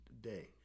day